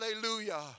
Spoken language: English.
Hallelujah